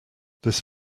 this